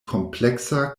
kompleksa